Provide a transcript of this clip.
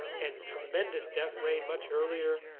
and tremendous death rate much earlier.